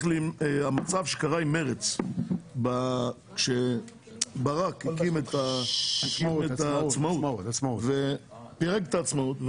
המצב שקרה עם עצמאות כאשר ברק הקים את עצמאות ופירק את עצמאות,